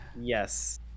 Yes